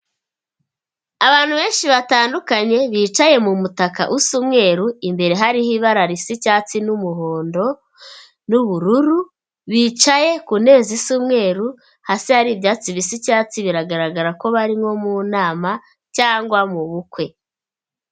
Abantu benshi batandukanye bicaye mu mutaka usa umweru, imbere hariho ibara risa cyatsi n'umuhondo n'ubururu, bicaye ku ntebe zisa umweru hasi hari ibyatsi bisi cyatsi, biragaragara ko bari nko mu nama cyangwa mu bukwe.